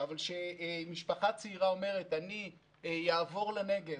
אבל כשמשפחה צעירה אומרת: אעבור לנגב,